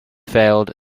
failed